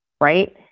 Right